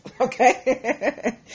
Okay